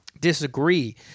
disagree